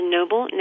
Noble